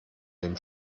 dem